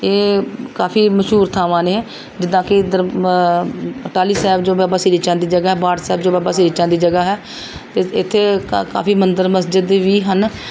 ਇਹ ਕਾਫੀ ਮਸ਼ਹੂਰ ਥਾਵਾਂ ਨੇ ਜਿੱਦਾਂ ਕਿ ਇੱਧਰ ਟਾਲੀ ਸਾਹਿਬ ਜੋ ਬਾਬਾ ਸ਼੍ਰੀ ਚੰਦ ਦੀ ਜਗ੍ਹਾ ਹੈ ਬਾਠ ਸਾਹਿਬ ਜੋ ਬਾਬਾ ਸ਼੍ਰੀ ਚੰਦ ਦੀ ਜਗ੍ਹਾ ਹੈ ਅਤੇ ਇੱਥੇ ਕਾਫੀ ਮੰਦਰ ਮਸਜਿਦ ਵੀ ਹਨ